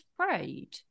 afraid